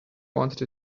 wanted